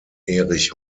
erich